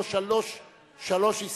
יש לו שלוש הסתייגויות.